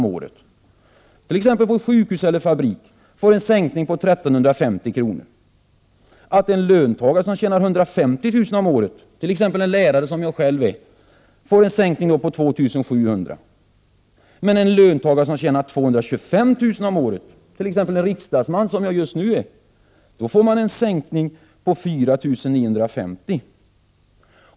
om året, t.ex. på ett sjukhus eller en fabrik, får en sänkning på 1 350 kr., - attenlöntagare som tjänar ca 150 000 kr. om året, t.ex. en lärare, som jag själv är, får en sänkning på 2 700 kr., — atten löntagare som tjänar ca 225 000 kr. om året, t.ex. en riksdagsman som jag just nu är, får en sänkning på ca 4 950 kr.